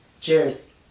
Cheers